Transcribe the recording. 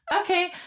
Okay